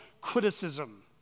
criticism